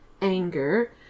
anger